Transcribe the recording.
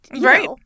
right